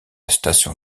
station